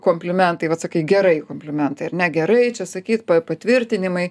komplimentai vat sakai gerai komplimentai ar ne gerai čia sakyt patvirtinimai